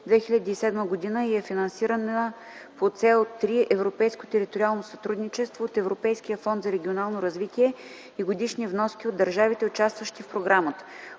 2007 г. и е финансирана по Цел 3 „Европейско териториално сътрудничество” от Европейския фонд за регионално развитие и годишни вноски от държавите, участващи в програмата.